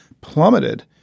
plummeted